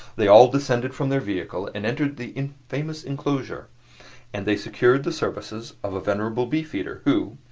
they all descended from their vehicle and entered the famous inclosure and they secured the services of a venerable beefeater, who,